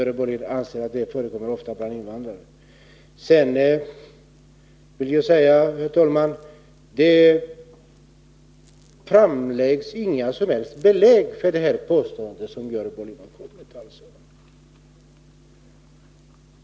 Sedan vill jag säga, herr talman, att det inte framläggs några som helst belägg för Görel Bohlins påstående.